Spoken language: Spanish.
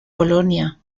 polonia